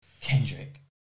Kendrick